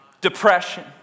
depression